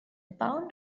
pound